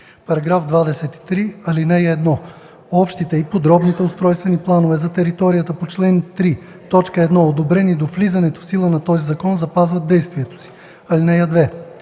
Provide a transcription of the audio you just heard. става § 23: „§ 23. (1) Общите и подробните устройствени планове за територията по чл. 3, т. 1, одобрени до влизането в сила на този закон, запазват действието си. (2)